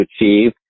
achieve